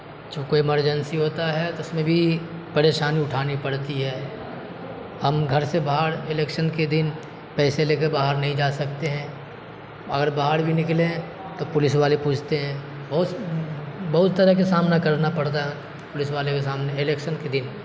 چونکہ کوئی ایمرجنسی ہوتا ہے تو اس میں بھی پریشانی اٹھانی پڑتی ہے ہم گھر سے باہر الیکشن کے دن پیسے لے کر باہر نہیں جا سکتے ہیں اگر باہر بھی نکلیں تو پولیس والے پوچھتے ہیں بہت بہت طرح کے سامنا کرنا پڑتا ہے پولیس والے کے سامنے الیکشن کے دن